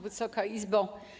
Wysoka Izbo!